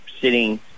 sitting